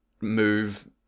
move